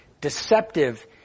deceptive